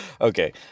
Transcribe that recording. Okay